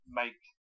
make